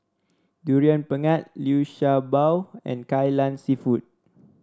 Durian Pengat Liu Sha Bao and Kai Lan seafood